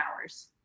hours